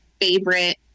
favorite